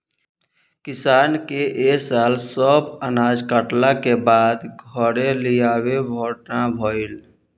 किसान के ए साल सब अनाज कटला के बाद घरे लियावे भर ना भईल